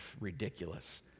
ridiculous